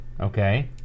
Okay